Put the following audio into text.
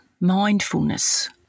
mindfulness